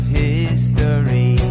history